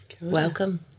Welcome